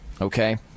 okay